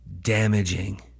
damaging